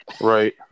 Right